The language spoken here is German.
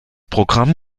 programm